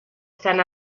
san